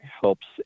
helps